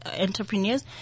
entrepreneurs